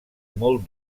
molt